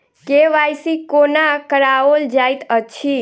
KYC कोना कराओल जाइत अछि?